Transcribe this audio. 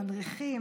המדריכים,